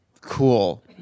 cool